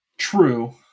True